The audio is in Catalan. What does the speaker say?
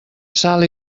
sal